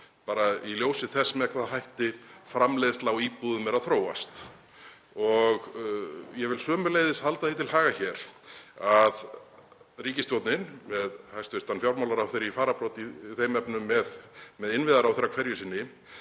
bara í ljósi þess með hvaða hætti framleiðsla á íbúðum er að þróast. Ég vil sömuleiðis halda því til haga hér að ríkisstjórnin, með hæstv. fjármálaráðherra í fararbroddi í þeim efnum með innviðaráðherra hverju sinni,